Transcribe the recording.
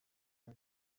tak